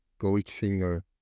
Goldfinger